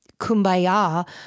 kumbaya